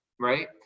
right